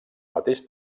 mateix